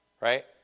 Right